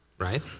right?